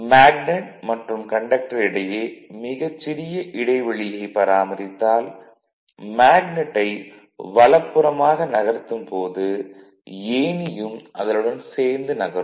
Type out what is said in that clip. magnet மற்றும் conductor இடையே மிகச் சிறிய இடைவெளியைப் பராமரித்தால் மேக்னட்டை வலப்புறமாக நகர்த்தும் போது ஏணியும் அதனுடன் சேர்ந்து நகரும்